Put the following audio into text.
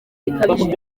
bikabije